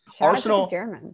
Arsenal